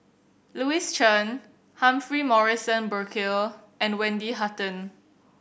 Louis Chen Humphrey Morrison Burkill and Wendy Hutton